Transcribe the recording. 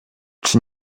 czy